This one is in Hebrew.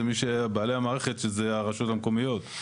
זה מי שהיה בעלי המערכת שזה הרשויות המקומיות.